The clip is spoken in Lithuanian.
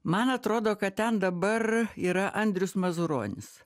man atrodo kad ten dabar yra andrius mazuronis